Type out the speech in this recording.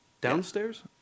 downstairs